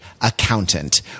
Accountant